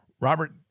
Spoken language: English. Robert